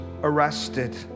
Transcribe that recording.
arrested